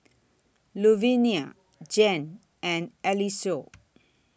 Luvinia Jan and Eliseo